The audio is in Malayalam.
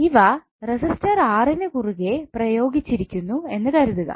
ഇവ റെസിസ്റ്റർ R ന് കുറുകെ പ്രയോഗിച്ചിരിക്കുന്നു എന്ന് കരുതുക